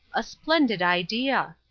a splendid idea!